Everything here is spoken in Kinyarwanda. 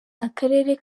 akarere